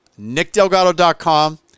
nickdelgado.com